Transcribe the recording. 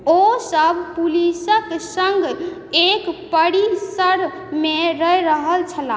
ओसभ पुलिसक सङ्ग एक परिसरमे रहि रहल छलाह